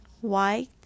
White